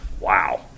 Wow